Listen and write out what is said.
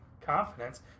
confidence